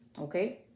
okay